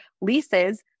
leases